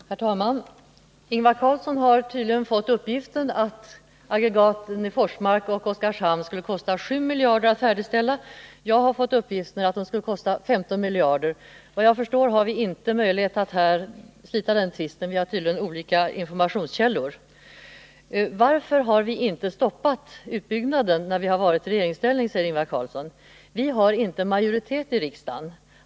Herr talman! Ingvar Carlsson har tydligen fått uppgift om att aggregaten 10 och 11, i Forsmark och Oskarshamn, skulle kosta 7 miljarder att färdigställa. Jag har fått den uppgiften att de skulle kosta 15 miljarder. Såvitt jag förstår har vi inte möjlighet att här slita den tvisten. Vi har olika informationskällor. Varför har vi inte medan vi varit i regeringsställning stoppat denna utbyggnad, frågar Ingvar Carlsson. Vi har inte haft majoritet i riksdagen.